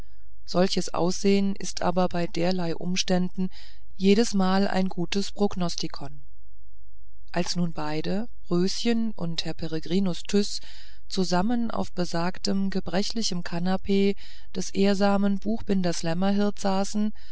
solches aussehen ist aber bei derlei umständen jedesmal ein gutes prognostikon als nun beide röschen und herr peregrinus tyß zusammen auf besagtem gebrechlichem kanapee des ehrsamen buchbindermeisters lämmerhirt saßen